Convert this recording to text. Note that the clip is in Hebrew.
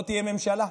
לא תהיה ממשלה.